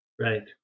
Right